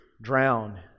drown